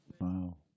Wow